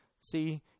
See